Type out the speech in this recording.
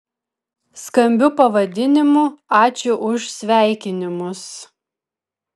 skambiu pavadinimu ačiū už sveikinimus